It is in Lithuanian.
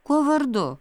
kuo vardu